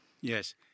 Yes